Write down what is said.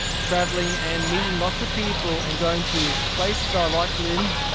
travelling and meeting lots of people and going to places i like, lynne.